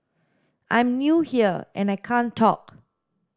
I'm new here and I can't talk